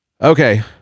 Okay